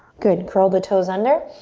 good, curl the toes under.